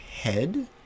head